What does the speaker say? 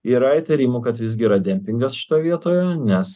yra įtarimų kad visgi yra dempingas šitoj vietoje nes